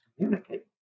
communicate